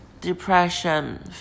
depression